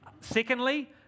Secondly